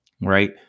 right